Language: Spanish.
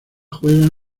juegan